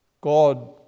God